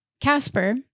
Casper